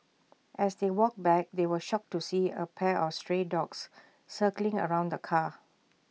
as they walked back they were shocked to see A pack of stray dogs circling around the car